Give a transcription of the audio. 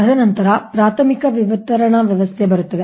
ತದನಂತರ ಪ್ರಾಥಮಿಕ ವಿತರಣಾ ವ್ಯವಸ್ಥೆ ಬರುತ್ತದೆ